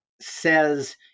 says